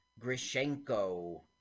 Grishenko